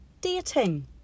dating